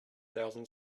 thousand